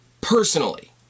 personally